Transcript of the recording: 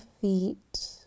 feet